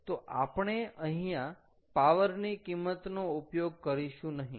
તો આપણે અહીંયા પાવર ની કિંમતનો ઉપયોગ કરીશું નહીં